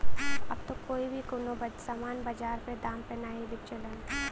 अब त कोई भी कउनो सामान बाजार के दाम पे नाहीं बेचलन